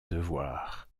devoir